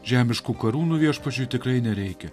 žemišku karūnų viešpačiui tikrai nereikia